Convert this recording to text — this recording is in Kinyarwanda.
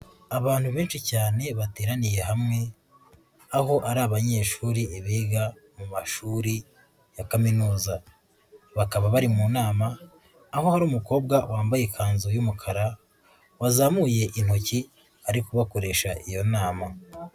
Abantu benshi cyane bateraniye hamwe, aho ari abanyeshuri biga mu mashuri ya kaminuza, bakaba bari mu nama aho hari umukobwa wambaye ikanzu y'umukara wazamuye intoki ari bakoresha iyo nama.